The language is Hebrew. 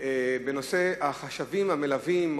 בנושא החשבים המלווים,